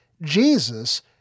Jesus